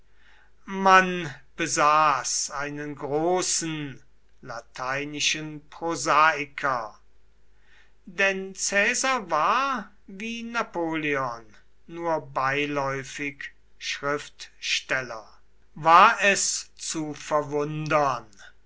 man besaß einen großen lateinischen prosaiker denn caesar war wie napoleon nur beiläufig schriftsteller war es zu verwundern